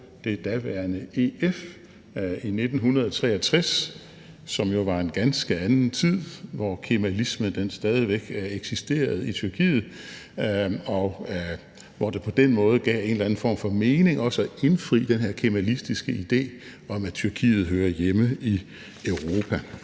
det daværende EF i 1963, som jo var en ganske anden tid, hvor kemalisme stadig væk eksisterede i Tyrkiet, og hvor det på den måde gav en eller anden form for mening også at indfri den her kemalistiske idé om, at Tyrkiet hører hjemme i Europa.